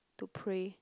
to pray